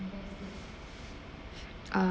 ah